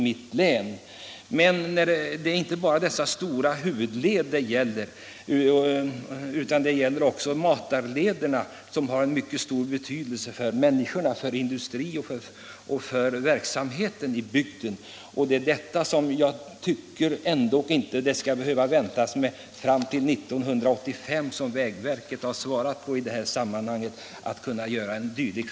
Men det finns inte bara stora huvudleder utan också mindre vägar, och även dessa har mycket stor betydelse för de enskilda människorna, för industrin och för annan verksamhet i bygden. Jag anser det orimligt vänta ända fram till 1985, som vägverket angivit i detta sammanhang, på en förbättring.